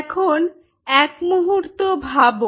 এখন এক মুহূর্ত ভাবো